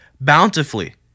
bountifully